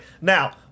Now